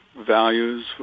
values